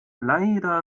leider